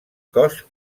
cos